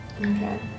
Okay